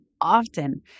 often